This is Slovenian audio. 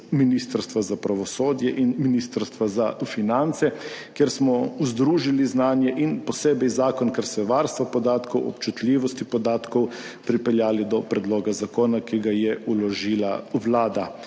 Ministrstva za pravosodje in Ministrstva za finance, kjer smo združili znanje in posebej zakon, ker se varstva podatkov, občutljivosti podatkov pripeljali do predloga zakona, ki ga je vložila Vlada.